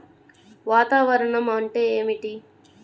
వాతావరణం అంటే ఏమిటి?